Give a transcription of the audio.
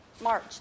March